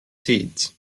seeds